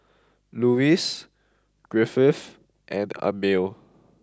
Lewis Griffith and Amil